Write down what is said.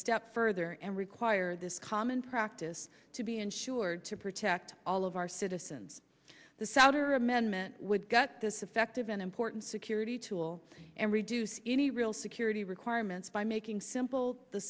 step further and require this common practice to be ensured to protect all of our citizens the souter amendment would gut this effective and important security tool and reduce any real security requirements by making simple the